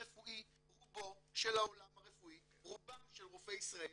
רובו של העולם רפואי, רובם של רופאי ישראל